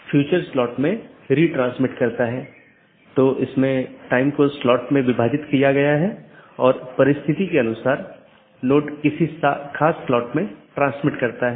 इसलिए पड़ोसियों की एक जोड़ी अलग अलग दिनों में आम तौर पर सीधे साझा किए गए नेटवर्क को सूचना सीधे साझा करती है